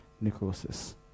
necrosis